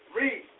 Read